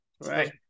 Right